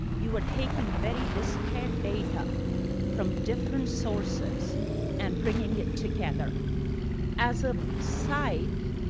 you are taking very despaired data from different sources and bringing it together as a side,